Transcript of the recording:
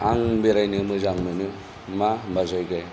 आं बेरायनो मोजां मोनो मा होननाय जायगायाव